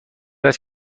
است